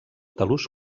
talús